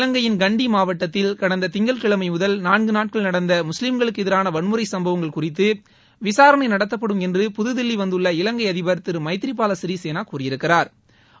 இவங்கையின் கண்டி மாவட்டத்தில் கடந்த திங்கட்கிழமை முதல் நான்கு நாட்கள் நடந்த முஸ்லீம்களுக்கு எதிரான வன்முறை சம்பவங்கள் குறித்து விசாரணை நடத்தப்படும் என்று புதுதில்லி வந்துள்ள இலங்கை அதிபா் திரு மைத்ரிபால சிறிசேனா கூறியிருக்கிறாா்